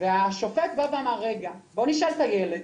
והשופט בא ואמר רגע, בואו נשאל את הילד